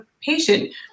patient